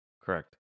Correct